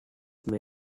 may